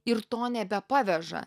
ir to nebepaveža